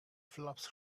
flaps